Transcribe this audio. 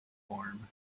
form